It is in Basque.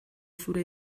zure